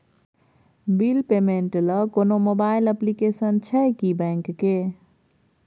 Bill payment ल कोनो mobile application छै की बैंक के?